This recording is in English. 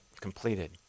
completed